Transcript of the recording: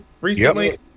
recently